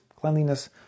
cleanliness